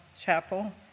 chapel